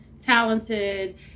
talented